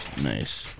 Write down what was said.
Nice